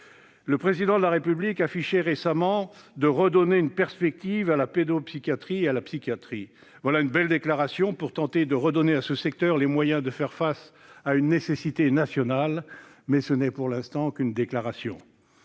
Le Président de la République affichait récemment sa volonté de « redonner une perspective à la pédopsychiatrie et à la psychiatrie ». Voilà une belle déclaration pour tenter de redonner à ce secteur les moyens de faire face à une nécessité nationale, mais ce n'est pour l'instant qu'une déclaration